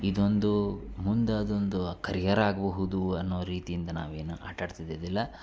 ಇದೊಂದೂ ಮುಂದೆ ಅದೊಂದು ಖರಿಯರ್ ಆಗ್ಬಹುದು ಅನ್ನೊ ರೀತಿಯಿಂದ ನಾವೇನು ಆಟಾಡ್ತಿದ್ದಿದ್ದಿಲ್ಲ